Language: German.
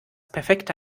perfekte